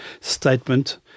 statement